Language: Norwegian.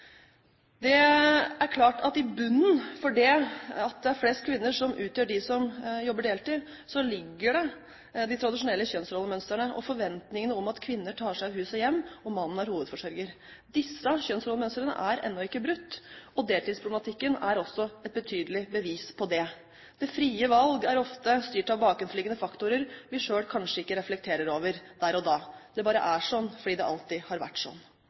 Det er klart at i bunnen for det at det er flest kvinner som jobber deltid, ligger de tradisjonelle kjønnsrollemønstrene og forventningene om at kvinner tar seg av hus og hjem, og mannen er hovedforsørger. Disse kjønnsrollemønstrene er ennå ikke brutt, og deltidsproblematikken er et betydelig bevis på det. Det frie valg er ofte styrt av bakenforliggende faktorer vi selv kanskje ikke reflekterer over der og da. Det bare er sånn fordi det alltid har vært sånn.